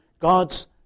God's